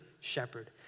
shepherd